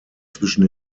zwischen